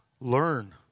Learn